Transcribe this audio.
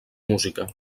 música